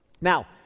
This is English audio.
now